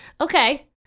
Okay